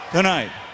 Tonight